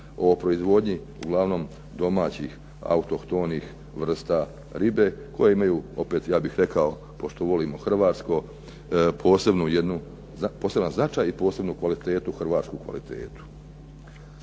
o proizvodnji domaćih autohtonih vrsta ribe, koje imaju opet ja bih rekao pošto volimo hrvatsko, poseban jedan značaj i posebnu kvalitetu, hrvatsku kvalitetu.